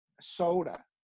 soda